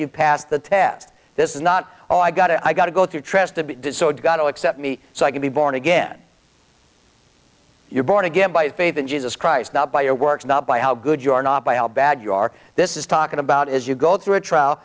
you pass the test this is not all i got i got to go through trust to be got to accept me so i can be born again you're born again by faith in jesus christ not by your works not by how good you are not by how bad you are this is talking about as you go through a trial